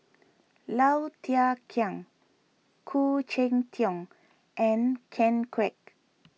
Low Thia Khiang Khoo Cheng Tiong and Ken Kwek